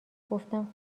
گفتم